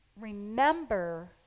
remember